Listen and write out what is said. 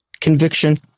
conviction